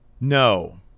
No